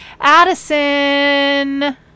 Addison